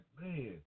man